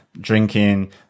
drinking